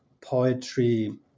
poetry